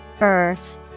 Earth